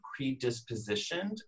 predispositioned